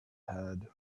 had